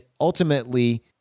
ultimately